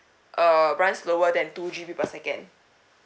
err runs slower than two G_B per second